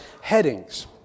headings